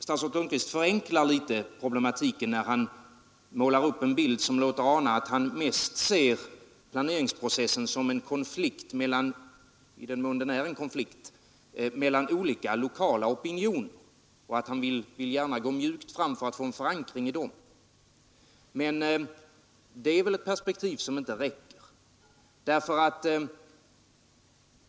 Statsrådet Lundkvist förenklade problematiken litet när han målar upp en bild som låter ana att han mest ser planeringsprocessen som en konflikt — i den mån den är en konflikt — mellan olika opinioner, och att han gärna vill gå mjukt fram för att få en förankring i dem. Men det är ett perspektiv som inte är tillräckligt.